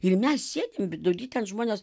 ir mes sėdim vidury ten žmonės